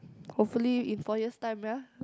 hopefully in four years' time ya